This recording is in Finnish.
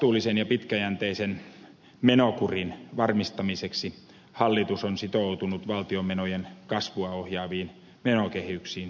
vastuullisen ja pitkäjänteisen menokurin varmistamiseksi hallitus on sitoutunut valtion menojen kasvua ohjaaviin menokehyksiin kiitettävällä tavalla